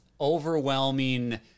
overwhelming